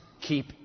Keep